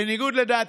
בניגוד לדעתי,